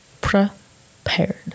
Prepared